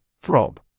throb